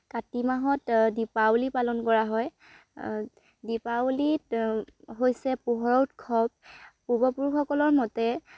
কাতি মাহত দীপাৱলী পালন কৰা হয় দীপাৱলীত হৈছে পোহৰৰ উৎসৱ পূৰ্বপুৰুষসকলৰ মতে